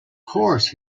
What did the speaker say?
course